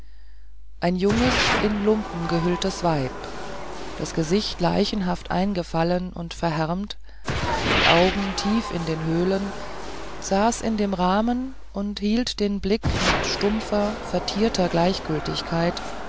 ein junges in lumpen gehülltes weib das gesicht leichenhaft eingefallen und verhärmt die augen tief in den höhlen saß in dem rahmen und hielt den blick mit stumpfer vertierter gleichgültigkeit